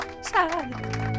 Sad